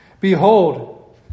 Behold